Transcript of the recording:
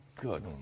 good